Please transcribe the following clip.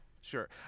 Sure